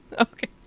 Okay